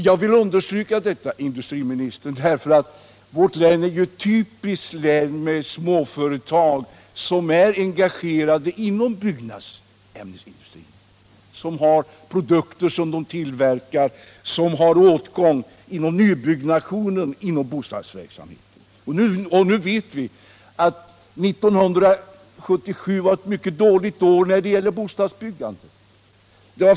Jag vill understryka detta, herr industriminister, för vårt län är ju ett typiskt län med småföretag som är engagerade inom byggnadsindustrin och tillverkar produkter som har åtgång i samband med nybyggnationen av bostäder. Vi vet att 1977 var ett mycket dåligt år när det gäller bostadsbyggande.